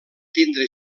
tindre